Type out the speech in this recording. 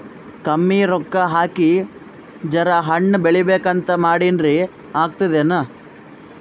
ಕಮ್ಮಿ ರೊಕ್ಕ ಹಾಕಿ ಜರಾ ಹಣ್ ಬೆಳಿಬೇಕಂತ ಮಾಡಿನ್ರಿ, ಆಗ್ತದೇನ?